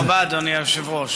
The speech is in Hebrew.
תודה רבה, אדוני היושב-ראש.